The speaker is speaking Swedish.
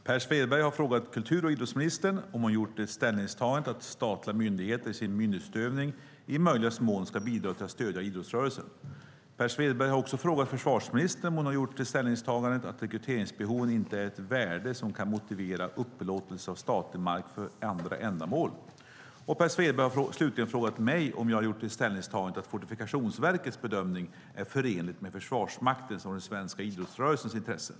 Herr talman! Per Svedberg har frågat kultur och idrottsministern om hon har gjort det ställningstagandet att statliga myndigheter i sin myndighetsutövning i möjligaste mån ska bidra till att stödja idrottsrörelsen. Per Svedberg har också frågat försvarsministern om hon har gjort det ställningstagandet att rekryteringsbehoven inte är ett värde som kan motivera upplåtelse av statlig mark för andra ändamål. Per Svedberg har slutligen frågat mig om jag har gjort det ställningstagandet att Fortifikationsverkets bedömning är förenligt med Försvarsmaktens och den svenska idrottsrörelsens intressen.